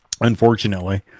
Unfortunately